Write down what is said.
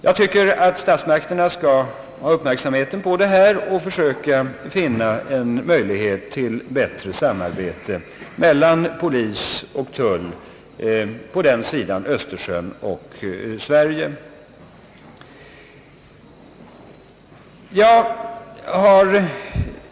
Jag tycker att statsmakterna skall ha uppmärksamheten riktad på detta och försöka finna en möjlighet till bättre samarbete mellan polis och tull i länderna på den sidan Östersjön samt polis och tull i Sverige.